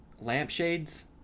lampshades